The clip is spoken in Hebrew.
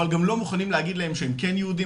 אבל גם לא מוכנים להגיד להם שהם כן יהודים,